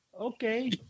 Okay